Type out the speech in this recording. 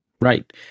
Right